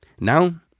Now